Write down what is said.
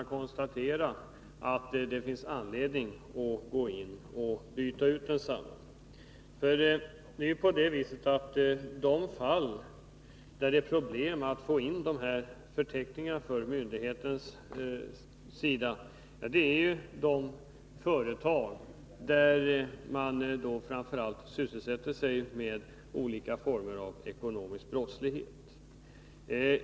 Det är framför allt beträffande företag som ägnar sig åt olika former av ekonomisk brottslighet som man har problem från myndighetens sida med att få in dessa förteckningar.